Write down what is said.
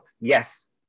yes